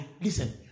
Listen